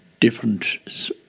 different